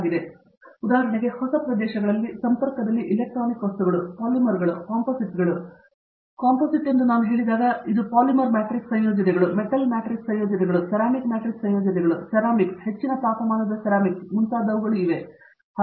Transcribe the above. ಆದ್ದರಿಂದ ಉದಾಹರಣೆಗೆ ಹೊಸ ಪ್ರದೇಶಗಳಲ್ಲಿ ಸಂಪರ್ಕದಲ್ಲಿ ಎಲೆಕ್ಟ್ರಾನಿಕ್ ವಸ್ತುಗಳು ಪಾಲಿಮರ್ಗಳು ಕಾಂಪೋಸಿಟ್ಗಳು ನಾನು ಕಾಂಪೊಸಿಟ್ ಎಂದು ಹೇಳಿದಾಗ ಇದು ಪಾಲಿಮರ್ ಮ್ಯಾಟ್ರಿಕ್ಸ್ ಸಂಯೋಜನೆಗಳು ಮೆಟಲ್ ಮ್ಯಾಟ್ರಿಕ್ಸ್ ಸಂಯೋಜನೆಗಳು ಸೆರಾಮಿಕ್ ಮ್ಯಾಟ್ರಿಕ್ಸ್ ಸಂಯೋಜನೆಗಳು ಸೆರಾಮಿಕ್ಸ್ ಹೆಚ್ಚಿನ ತಾಪಮಾನ ಸಿರಾಮಿಕ್ಸ್ ಇವೆ